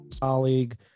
Colleague